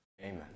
Amen